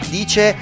dice